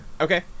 Okay